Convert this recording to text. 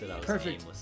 perfect